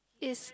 is